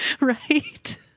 right